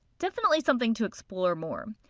definitely something to explore more.